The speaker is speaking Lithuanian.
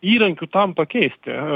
įrankių tam pakeisti